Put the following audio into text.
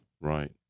Right